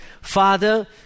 Father